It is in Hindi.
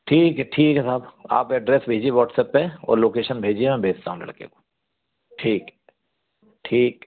ठीक है ठीक है आप एड्रेस भेजिए व्हाट्सप्प पर और लोकेशन भेजिए मैं भेजता हूँ लड़के को ठीक ठीक